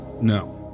No